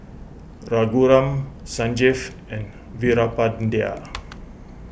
Raghuram Sanjeev and Veerapandiya